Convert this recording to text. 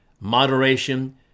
moderation